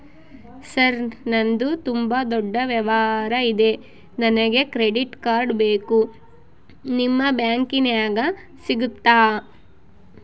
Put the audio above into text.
Sir ನಂದು ತುಂಬಾ ದೊಡ್ಡ ವ್ಯವಹಾರ ಇದೆ ನನಗೆ ಕ್ರೆಡಿಟ್ ಕಾರ್ಡ್ ಬೇಕು ನಿಮ್ಮ ಬ್ಯಾಂಕಿನ್ಯಾಗ ಸಿಗುತ್ತಾ?